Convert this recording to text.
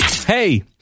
Hey